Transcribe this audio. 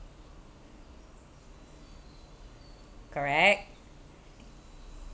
correct